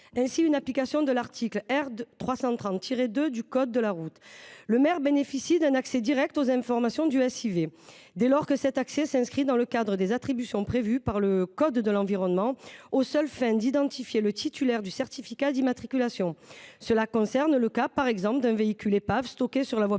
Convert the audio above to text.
Ainsi, en application de l’article R. 330-2 du code de la route, le maire bénéficie d’un accès direct aux informations du SIV dès lors que cet accès s’inscrit dans le cadre des attributions prévues par le code de l’environnement aux seules fins d’identifier le titulaire du certificat d’immatriculation. Cela concerne le cas, par exemple, d’un véhicule épave stocké sur la voie publique,